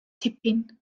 tipyn